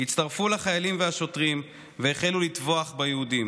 הצטרפו לחיילים והשוטרים והחלו לטבוח ביהודים,